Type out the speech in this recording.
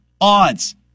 odds